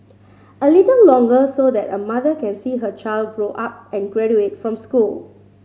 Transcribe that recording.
a little longer so that a mother can see her child grow up and graduate from school